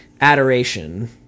adoration